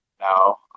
No